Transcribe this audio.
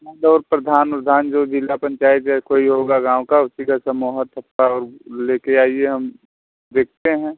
और प्रधान ऊर्धान जो जिला पंचायत या कोई होगा गाँव का उसी का से मोहर ठप्पा और ले कर आइए हम देखते हैं